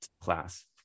class